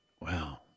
Wow